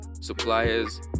suppliers